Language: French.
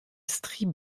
stries